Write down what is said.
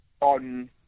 on